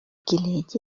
килет